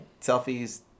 Selfies